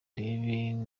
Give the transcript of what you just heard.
ureba